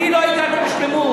אני לא הגעתי לשלמות.